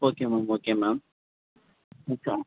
okay ma'am okay ma'am